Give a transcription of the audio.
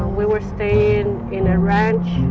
we were staying in a ranch